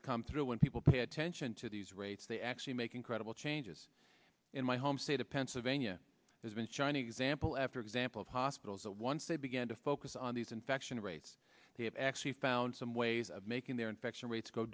that come through when people pay attention to these rates they actually make incredible changes in my home state of pennsylvania has been shining example after example of hospitals that once they began to focus on these infection rates they have actually found some ways of making their infection rates go